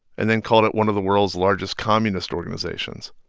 and then called it one of the world's largest communist organizations.